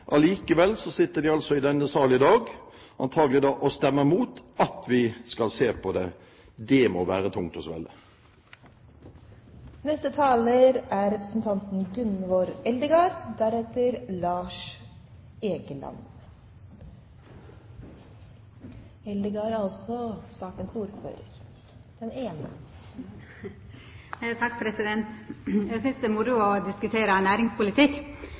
sitter vi altså i denne sal i dag og stemmer antakelig mot at vi skal se på det. Det må være tungt å svelge. Eg synest det er moro å diskutera næringspolitikk, og det er